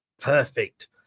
Perfect